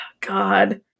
God